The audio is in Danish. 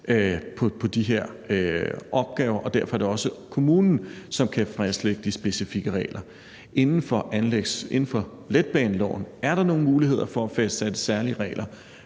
ved de her opgaver, og derfor er det også kommunen, der kan fastlægge de specifikke regler. Inden for letbaneloven er der nogle muligheder for at fastsætte særlige regler